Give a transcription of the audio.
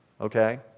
okay